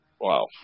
Wow